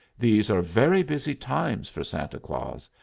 these are very busy times for santa claus,